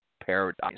paradise